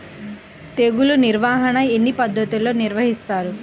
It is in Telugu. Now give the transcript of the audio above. తెగులు నిర్వాహణ ఎన్ని పద్ధతులలో నిర్వహిస్తారు?